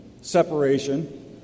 separation